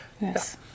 yes